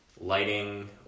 lighting